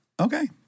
Okay